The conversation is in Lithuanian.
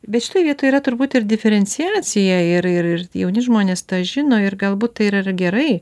be šitoj vietoj yra turbūt ir diferenciacija ir ir jauni žmonės tą žino ir galbūt tai yra gerai